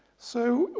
so,